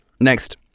next